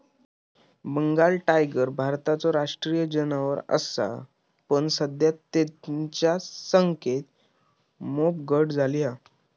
Bengal tiger भारताचो राष्ट्रीय जानवर असा पण सध्या तेंच्या संख्येत मोप घट झाली हा